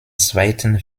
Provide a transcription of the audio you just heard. zweiten